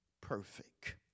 perfect